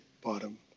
bottom